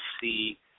see